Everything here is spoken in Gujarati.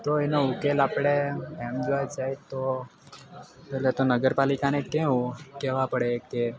તો એનો ઉકેલ આપણે એમ જોવા જઈએ તો પહેલા તો નગરપાલિકાને જ કે કહેવા પડે કે